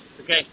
Okay